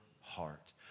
heart